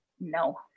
No